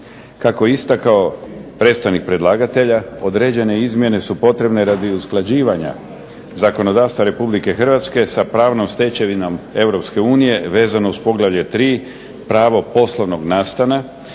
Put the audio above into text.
Kako je istakao predstavnik predlagatelja, određene izmjene su potrebne radi usklađivanja zakonodavstva Republike Hrvatske sa pravnom stečevinom Europske unije, vezano uz poglavlje 3. pravo poslovnog nastana